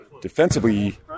Defensively